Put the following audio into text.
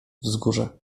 wzgórze